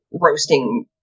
roasting